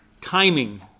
timing